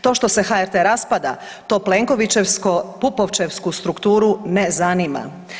To što se HRT raspada to Plenkovićevsko Pupovćevsku strukturu ne zanima.